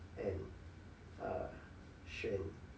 and uh 选